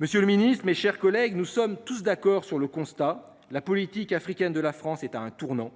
Monsieur le Ministre, mes chers collègues, nous sommes tous d'accord sur le constat, la politique africaine de la France est à un tournant.